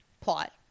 Plot